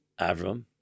Avram